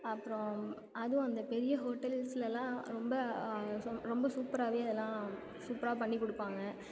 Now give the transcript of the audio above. அப்றம் அதுவும் அந்த பெரிய ஹோட்டல்ஸுலலாம் ரொம்ப ரொம்ப சூப்பராகவே இதெல்லாம் சூப்பராக பண்ணிக் கொடுப்பாங்க